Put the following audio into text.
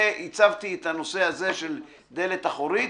הצבתי את הנושא הזה של דלת אחורית,